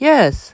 Yes